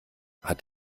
hat